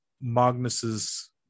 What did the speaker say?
magnus's